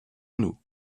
nous